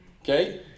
Okay